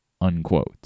unquote